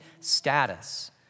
status